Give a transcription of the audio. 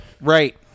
Right